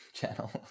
channel